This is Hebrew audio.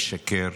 משקר,